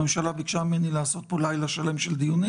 הממשלה ביקשה ממני לעשות פה לילה של דיונים.